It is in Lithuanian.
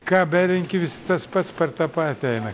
ką berenki vis tas pats per tą patį eina